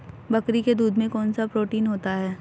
बकरी के दूध में कौनसा प्रोटीन होता है?